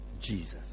Jesus